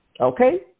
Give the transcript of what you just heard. okay